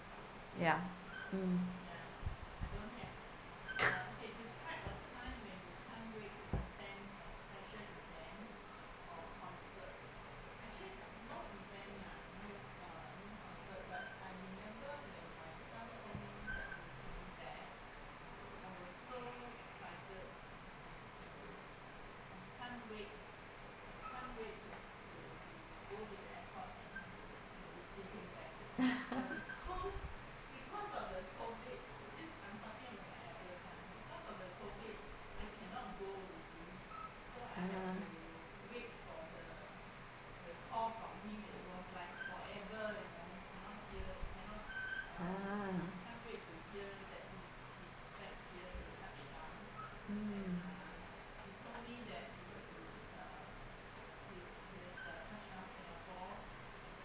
ya mm ya orh mm